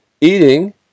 eating